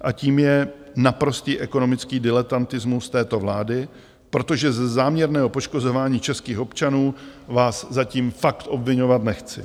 A tím je naprostý ekonomický diletantismus této vlády, protože ze záměrného poškozování českých občanů vás zatím fakt obviňovat nechci.